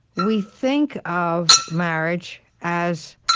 we think of marriage as